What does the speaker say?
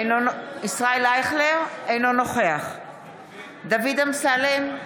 אינו נוכח דוד אמסלם,